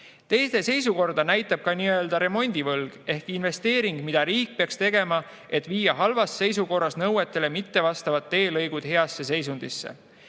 seisukorda näitab ka nii-öelda remondivõlg ehk investeering, mida riik peaks tegema, et viia halvas seisukorras, nõuetele mittevastavad teelõigud heasse seisundisse.